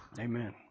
Amen